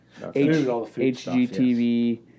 HGTV